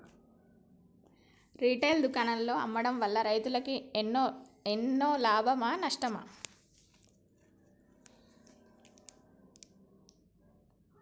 Retail దుకాణాల్లో అమ్మడం వల్ల రైతులకు ఎన్నో లాభమా నష్టమా?